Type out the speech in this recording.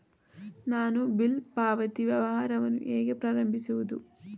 ನಾನು ಬಿಲ್ ಪಾವತಿ ವ್ಯವಹಾರವನ್ನು ಹೇಗೆ ಪ್ರಾರಂಭಿಸುವುದು?